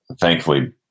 thankfully